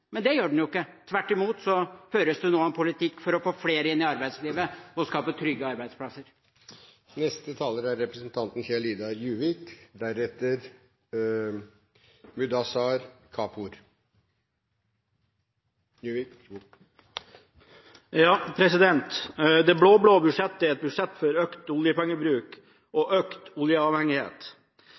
Men det gjør den jo ikke. Tvert imot føres det nå en politikk for å få flere inn i arbeidslivet og skape trygge arbeidsplasser. Det blå-blå budsjettet er et budsjett for økt oljepengebruk og økt oljeavhengighet, selv om de blå-blå i valgkampen anklaget den rød-grønne regjeringa for å gjøre Norge mer oljeavhengig. Av hensyn til norske arbeidsplasser og